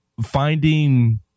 finding